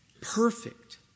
perfect